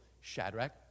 Shadrach